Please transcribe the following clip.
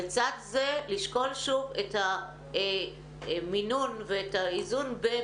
לצד זה לשקול שוב את המינון ואת האיזון בין